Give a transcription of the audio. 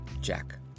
Jack